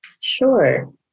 Sure